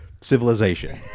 civilization